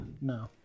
no